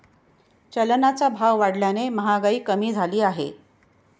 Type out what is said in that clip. चलनाचा भाव वाढल्याने महागाई कमी झाली आहे